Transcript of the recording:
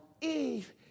Eve